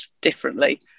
differently